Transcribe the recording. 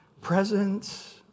Presence